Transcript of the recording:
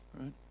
right